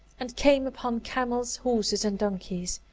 and came upon camels, horses, and donkeys,